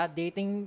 dating